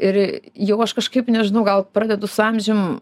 ir jau aš kažkaip nežinau gal pradedu su amžium